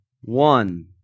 one